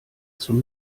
zum